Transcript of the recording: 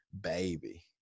baby